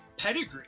pedigree